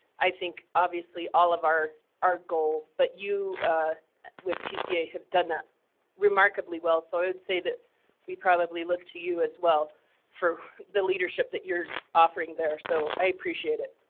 i think, think, obviously all of our our goal. but you with tca have done that remarkably well, so i would say that we probably look to you as well for the leadership that you're offering there, so i appreciate it.